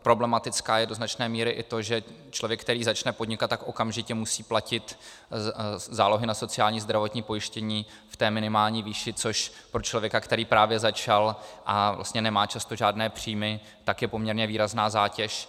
Problematické je do značné míry i to, že člověk, který začne podnikat, okamžitě musí platit zálohy na sociální a zdravotní pojištění v minimální výši, což pro člověka, který právě začal a nemá často žádné příjmy, je poměrně výrazná zátěž.